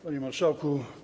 Panie Marszałku!